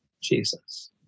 Jesus